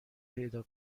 پیدا